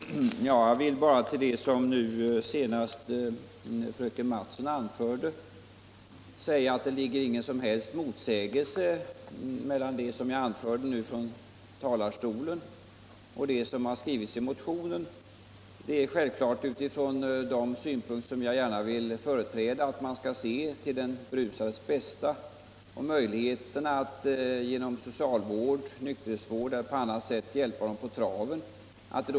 Herr talman! Jag vill bara till det som fröken Mattson senast anförde säga att det inte finns någon som helst motsägelse mellan det som jag nu anförde från talarstolen och det som har skrivits i motionen. Det är utifrån de synpunkter, som jag gärna vill företräda, självklart att man skall se till den berusades bästa och möjligheterna att genom socialvård, nykterhetsvård eller på annat sätt hjälpa honom eller henne på traven.